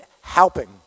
helping